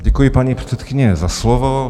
Děkuji, paní předsedkyně, za slovo.